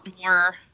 more